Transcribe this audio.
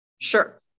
sure